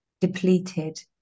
depleted